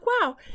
wow